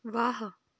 वाह